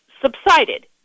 subsided